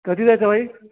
कधी जायचं भाई